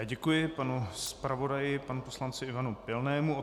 Děkuji panu zpravodaji, panu poslanci Ivanu Pilnému.